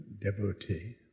devotee